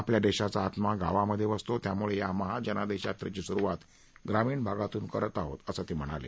आपल्या देशाचा आत्मा गावांमध्ये वसतो त्यामुळेच या महाजनादेश यात्रेची सुरुवात ग्रामीण भागातून करत आहोत असं ते म्हणाले